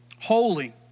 Holy